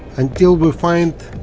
until we find